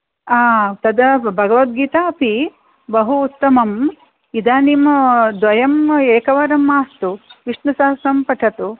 आ तथा भगवद्गीतापि बहु उत्तमम् इदानीम् द्वयम् एकवारं मास्तु विष्णुसहस्रनामं पठतु